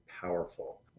powerful